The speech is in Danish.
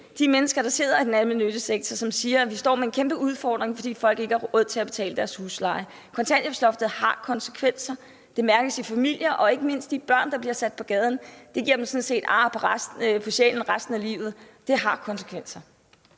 de mennesker, der sidder i den almennyttige sektor, og som siger, at de står med en kæmpe udfordring, fordi folk ikke har råd til at betale deres husleje. Kontanthjælpsloftet har konsekvenser, det mærkes i familier, og ikke mindst giver det børn i familier, der bliver sat på gaden, ar på sjælen for resten af livet. Det har konsekvenser.